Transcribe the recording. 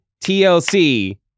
TLC